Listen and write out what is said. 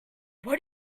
what